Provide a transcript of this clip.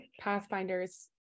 Pathfinders